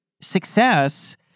success